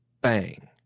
bang